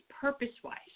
purpose-wise